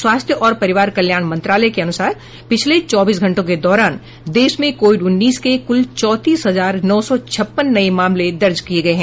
स्वास्थ्य और परिवार कल्याण मंत्रालय के अनुसार पिछले चौबीस घंटों के दौरान देश में कोविड उन्नीस के कुल चौतीस हजार नौ सौ छप्पन नये मामले दर्ज किये गये हैं